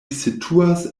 situas